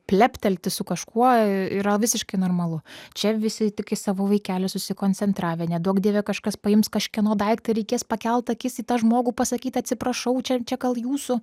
pleptelti su kažkuo yra visiškai normalu čia visi tik į savo vaikelį susikoncentravę neduok dieve kažkas paims kažkieno daiktą reikės pakelt akis į tą žmogų pasakyt atsiprašau čia čia gal jūsų